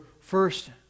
first